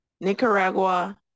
Nicaragua